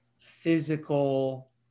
physical